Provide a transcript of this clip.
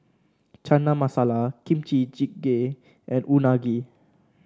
Chana Masala Kimchi Jjigae and Unagi